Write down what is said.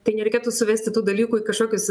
tai nereikėtų suvesti tų dalykų į kažkokius